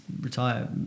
retire